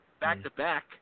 back-to-back